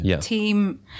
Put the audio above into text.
team